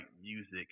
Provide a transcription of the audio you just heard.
music